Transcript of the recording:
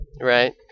Right